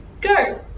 Go